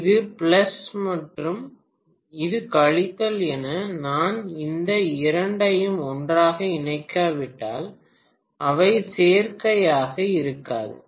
இது பிளஸ் மற்றும் இது கழித்தல் என நான் இந்த இரண்டையும் ஒன்றாக இணைக்காவிட்டால் அவை சேர்க்கையாக இருக்காது